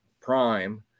Prime